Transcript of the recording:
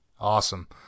Awesome